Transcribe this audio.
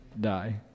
die